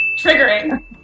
triggering